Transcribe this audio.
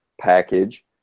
package